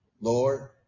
Lord